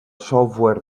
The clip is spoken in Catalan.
software